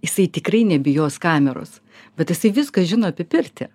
jisai tikrai nebijos kameros bet jisai viską žino apie pirtį